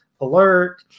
alert